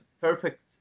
perfect